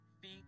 feet